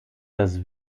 das